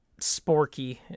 Sporky